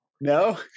No